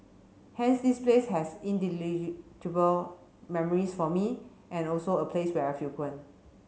hence this place has memories for me and also a place where I frequent